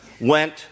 went